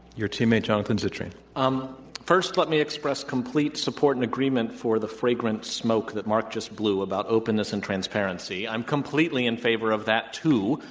your teammate, jonathan zittrain. um first, let me express complete support and agreement for the fragrant smoke that marc just blew about openness and transparency. i'm completely in favor of that, too,